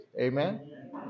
amen